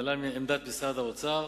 להלן עמדת משרד האוצר: